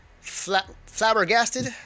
Flabbergasted